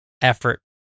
effort